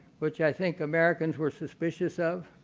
which i think americans were suspicious of.